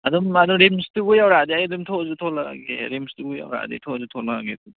ꯑꯗꯨꯝ ꯑꯗꯨꯗꯤ ꯔꯤꯝꯁꯇꯨꯕꯨ ꯌꯧꯔꯛꯑꯗꯤ ꯑꯩ ꯑꯗꯨꯝ ꯊꯣꯛꯑꯁꯨ ꯊꯣꯛꯂꯛꯑꯒꯦ ꯔꯤꯝꯁꯇꯨꯕꯨ ꯌꯧꯔꯛꯑꯗꯤ ꯊꯣꯛꯑꯁꯨ ꯊꯣꯛꯂꯛꯑꯒꯦ